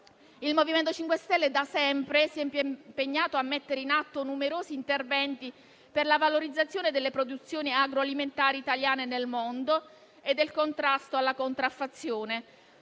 Il MoVimento 5 Stelle da sempre si è impegnato a mettere in atto numerosi interventi per la valorizzazione delle produzioni agroalimentari italiane nel mondo ed il contrasto alla contraffazione.